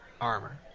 armor